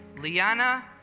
Liana